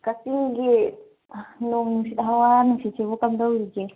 ꯀꯛꯆꯤꯡꯒꯤ ꯅꯣꯡ ꯅꯨꯡꯁꯤꯠ ꯍꯋꯥ ꯅꯨꯡꯁꯤꯠ ꯁꯤꯕꯨ ꯀꯥꯝꯗꯧꯔꯤꯒꯦ